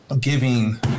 giving